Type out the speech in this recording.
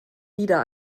wieder